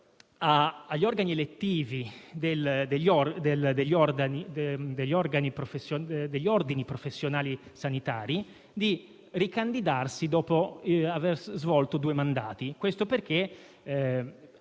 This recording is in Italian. agli organi elettivi degli ordini professionali sanitari di ricandidarsi dopo aver svolto due mandati. Ciò